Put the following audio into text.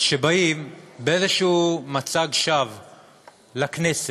שבאים באיזשהו מצג שווא לכנסת,